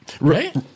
right